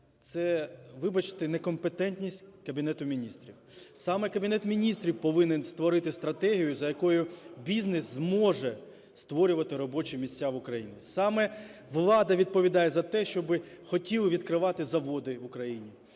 це, вибачте, не компетентність Кабінету Міністрів. Саме Кабінет Міністрів повинен створити стратегію, за якою бізнес зможе створювати робочі місця в Україні, саме влада відповідає за те, щоби хотіли відкривати заводи в Україні,